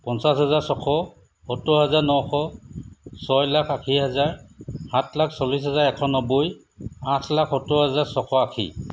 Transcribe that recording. পঞ্চাছ হাজাৰ ছশ সত্তৰ হাজাৰ নশ ছয় লাখ আশী হাজাৰ সাত লাখ চল্লিছ হাজাৰ এশ নব্বৈ আঠ লাখ সত্তৰ হাজাৰ ছশ আশী